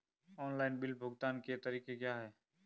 Online bill भुगतान के तरीके क्या हैं?